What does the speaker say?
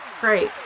Great